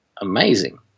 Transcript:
amazing